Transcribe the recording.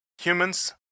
Humans